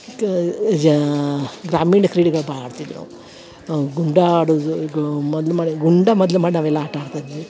ತಾ ಜಾ ಗ್ರಾಮೀಣ ಕ್ರೀಡೆಗಳು ಭಾಳ ಆಡ್ತಿದ್ವಿ ನಾವು ಗುಮ್ಡ ಆಡುದು ಗು ಮೊದ್ಲ ಮಡೆ ಗುಂಡ ಮೊದ್ಲ ಮಡ್ ನಾವೆಲ್ಲ ಆಟ ಆಡ್ತಿದ್ವಿ